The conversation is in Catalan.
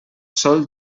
sol